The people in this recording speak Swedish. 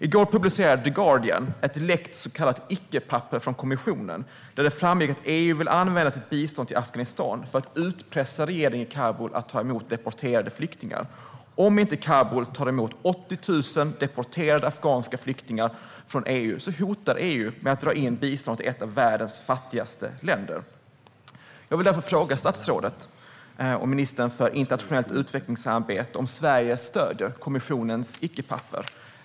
I går publicerade The Guardian ett läckt så kallat icke-papper från kommissionen, där det framgick att EU vill använda sitt bistånd till Afghanistan för att utpressa regeringen i Kabul när det gäller att ta emot deporterade flyktingar. Om inte Kabul tar emot 80 000 deporterade afghanska flyktingar från EU hotar EU med att dra in biståndet till ett av världens fattigaste länder. Jag vill därför fråga statsrådet och ministern för internationellt utvecklingssamarbete om Sverige stöder kommissionens icke-papper.